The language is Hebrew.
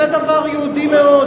זה דבר יהודי מאוד.